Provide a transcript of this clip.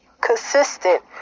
consistent